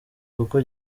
kuko